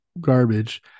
garbage